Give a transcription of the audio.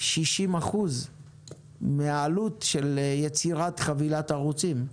60% מן העלות של יצירת חבילת ערוצים.